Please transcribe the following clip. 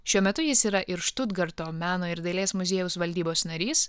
šiuo metu jis yra ir štutgarto meno ir dailės muziejaus valdybos narys